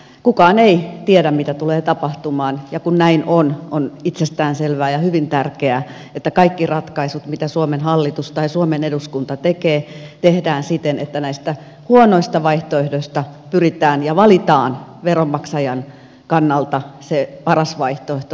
kukaan ei tiedä mitä tulee tapahtumaan ja kun näin on on itsestään selvää ja hyvin tärkeää että kaikki ratkaisut mitä suomen hallitus tai suomen eduskunta tekee tehdään siten että näistä huonoista vaihtoehdoista pyritään valitsemaan ja valitaan veronmaksajan kannalta se paras vaihtoehto